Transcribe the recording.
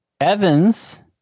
Evans